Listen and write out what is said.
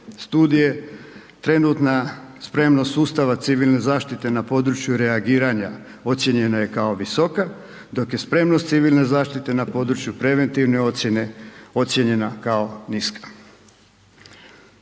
studije, trenutna spremnost sustava civilne zaštite na području reagiranja, ocijenjena je kao visoka, dok je spremnost civilne zaštite na području preventivne ocjene, ocijenjena kao niska.